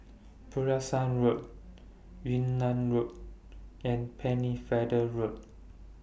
Pulasan Road Yunnan Road and Pennefather Road